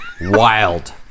Wild